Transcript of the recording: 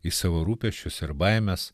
į savo rūpesčius ir baimes